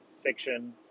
fiction